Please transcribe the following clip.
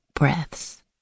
breaths